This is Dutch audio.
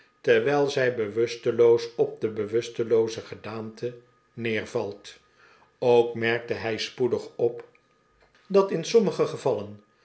terwijl zij bewusteloos op de bewustelooze gedaante neervalt ook merkte hij spoedig op dat in sommige gevallen